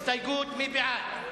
מי בעד?